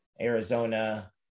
Arizona